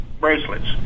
bracelets